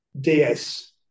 DS